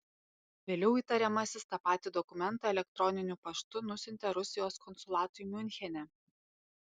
vėliau įtariamasis tą patį dokumentą elektroniniu paštu nusiuntė rusijos konsulatui miunchene